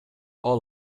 all